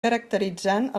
caracteritzant